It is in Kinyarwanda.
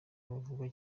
bavugwa